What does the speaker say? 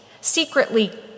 secretly